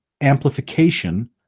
amplification